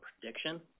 prediction